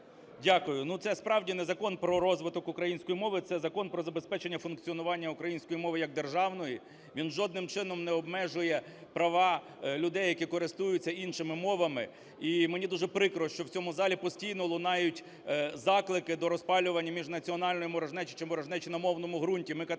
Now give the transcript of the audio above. Дякую. Ну, це справді не закон про розвиток української мови, це Закон про забезпечення функціонування української мови як державної. Він жодним чином не обмежує права людей, які користуються іншими мовами. І мені дуже прикро, що в цьому залі постійно лунають заклики до розпалювання міжнаціональної ворожнечі чи ворожнечі на мовному ґрунті. Ми категорично